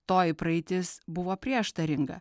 toji praeitis buvo prieštaringa